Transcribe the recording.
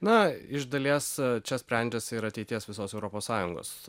na iš dalies čia sprendžiasi ir ateities visos europos sąjungos